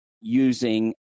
using